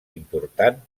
important